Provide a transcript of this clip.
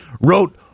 wrote